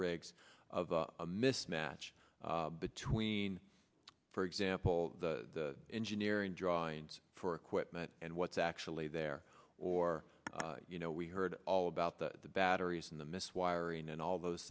rigs of a mismatch between for example the engineering drawings for equipment and what's actually there or you know we heard all about the batteries in the miswiring and all those